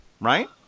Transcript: right